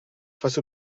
face